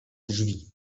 drzwi